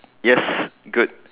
yes good